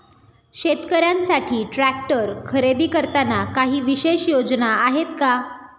शेतकऱ्यांसाठी ट्रॅक्टर खरेदी करताना काही विशेष योजना आहेत का?